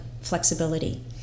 flexibility